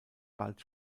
bald